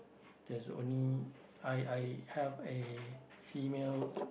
there's only I I have a female